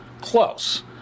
Close